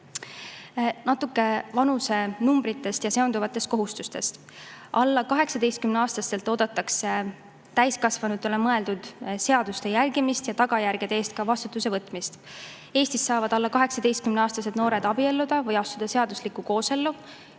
Natuke vanusenumbritest ja seonduvatest kohustustest. Alla 18-aastastelt oodatakse täiskasvanutele mõeldud seaduste järgimist ja tagajärgede eest ka vastutuse võtmist. Eestis saavad alla 18-aastased noored abielluda või astuda seaduslikku koosellu.